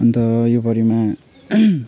अन्त यो भरिमा